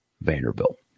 Vanderbilt